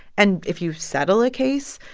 and if you settle a case,